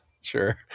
Sure